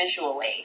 visually